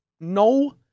no